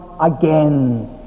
again